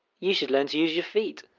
you should learn to use your feet,